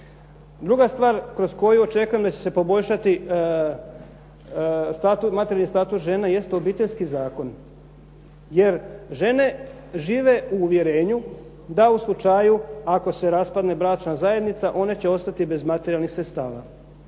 Druga stvar kroz koju očekujem da će se poboljšati materijalni status žene jeste Obiteljski zakon jer žene žive u uvjerenju da u slučaju ako se raspadne bračna zajednica one će ostati bez materijalnih sredstava.